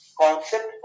concept